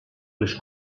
les